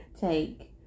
take